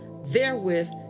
therewith